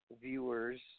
viewers